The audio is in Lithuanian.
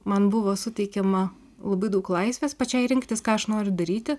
man buvo suteikiama labai daug laisvės pačiai rinktis ką aš noriu daryti